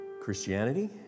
Christianity